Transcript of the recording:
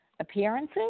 Appearances